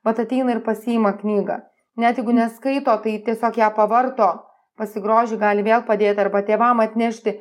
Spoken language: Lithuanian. vat ateina ir pasiima knygą net jeigu neskaito tai tiesiog ją pavarto pasigroži gali vėl padėt arba tėvam atnešti